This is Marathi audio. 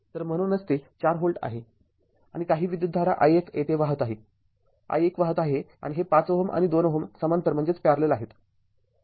तर म्हणूनच ते ४ V आहे आणि काही विद्युतधारा i१ येथे वाहत आहे i१ वाहत आहे आणि हे ५ Ω आणि २ Ω समांतर आहेत